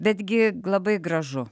betgi labai gražu